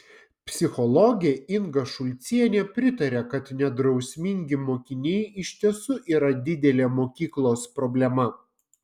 psichologė inga šulcienė pritaria kad nedrausmingi mokiniai iš tiesų yra didelė mokyklos problema